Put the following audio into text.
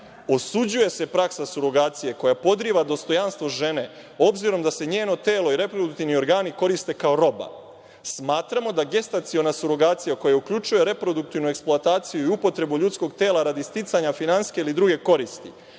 „Osuđuje se praksa surogacije koja podriva dostojanstvo žene, obzirom da se njeno telo i reproduktivni organi koriste kao roba. Smatramo da gestaciona surogacija, koja uključuje reproduktivnu eksploataciju i upotrebu ljudskog tela radi sticanja finansijske ili druge koristi,